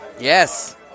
Yes